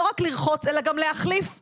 לא רק לרחוץ אלא גם להחליף צרכים.